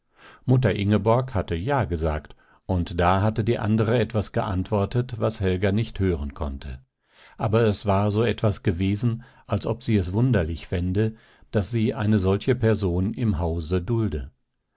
mutter ingeborg hatte ja gesagt und da hatte die andere etwas geantwortet was helga nicht hören konnte aber es war so etwas gewesen als ob sie es wunderlich fände daß sie eine solche person im hause dulde